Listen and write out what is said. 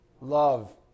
Love